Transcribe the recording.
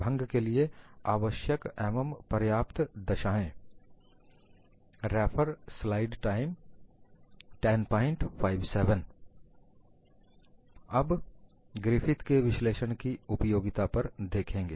भंग के लिए आवश्यक एवं पर्याप्त दशाएं अब ग्रिफिथ के विश्लेषण की उपयोगिता पर देखेंगे